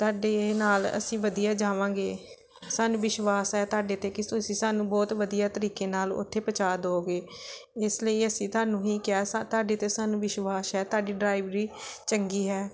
ਤੁਹਾਡੇ ਏ ਨਾਲ ਅਸੀਂ ਵਧੀਆ ਜਾਵਾਂਗੇ ਸਾਨੂੰ ਵਿਸ਼ਵਾਸ ਹੈ ਤੁਹਾਡੇ 'ਤੇ ਕਿ ਤੁਸੀਂ ਸਾਨੂੰ ਬਹੁਤ ਵਧੀਆ ਤਰੀਕੇ ਨਾਲ ਉੱਥੇ ਪਹੁੰਚਾ ਦਿਓਗੇ ਇਸ ਲਈ ਅਸੀਂ ਤੁਹਾਨੂੰ ਹੀ ਕਹਿ ਸਾ ਤੁਹਾਡੇ 'ਤੇ ਸਾਨੂੰ ਵਿਸ਼ਵਾਸ ਹੈ ਤੁਹਾਡੀ ਡਰਾਈਵਰੀ ਚੰਗੀ ਹੈ